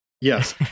Yes